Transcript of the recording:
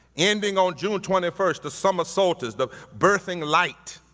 ending on june twenty first, the summer solstice, the birthing light,